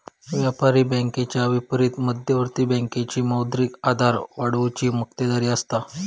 व्यापारी बँकेच्या विपरीत मध्यवर्ती बँकेची मौद्रिक आधार वाढवुची मक्तेदारी असता